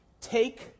Take